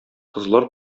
кызлар